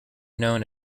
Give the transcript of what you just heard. known